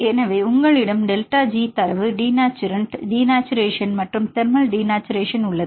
எனவே உங்களிடம் delta G தரவு டினேச்சுரன்ட் டினேச்சரேஷன் மற்றும் தெர்மல் டினேச்சரேஷன் உள்ளது